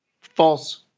false